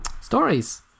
stories